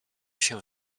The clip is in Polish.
się